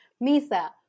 misa